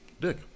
Dick